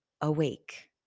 awake